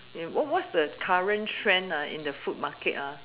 you what what's the current trend ah in the food market ah